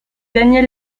daniel